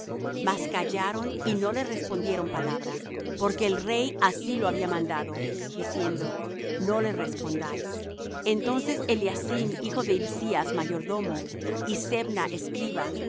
mas callaron y no le respondieron palabra porque el rey así lo había mandado diciendo no le respondáis entonces eliacim hijo de hilcías mayordormo y sebna escriba